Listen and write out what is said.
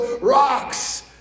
rocks